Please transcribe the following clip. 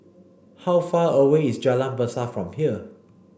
how far away is Jalan Besar from here